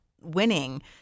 winning